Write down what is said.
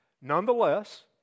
Nonetheless